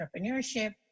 entrepreneurship